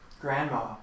Grandma